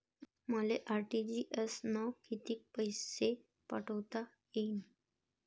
मले आर.टी.जी.एस न कितीक पैसे पाठवता येईन?